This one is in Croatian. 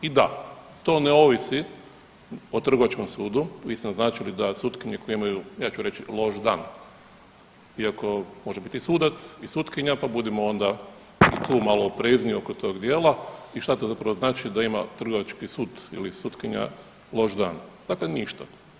I da to ne ovisi o Trgovačkom sudu, vi ste naznačili da sutkinje koje imaju ja ću reći loš dan iako može biti sudac i sutkinja pa budimo onda i tu malo oprezniji oko tog malo dijela i što to zapravo znači da ima Trgovački sud ili sutkinja loš dan, dakle ništa.